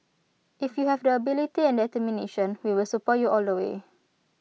if you have the ability and determination we will support you all the way